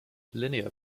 linear